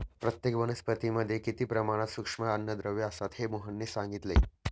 प्रत्येक वनस्पतीमध्ये किती प्रमाणात सूक्ष्म अन्नद्रव्ये असतात हे मोहनने सांगितले